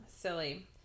Silly